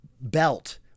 belt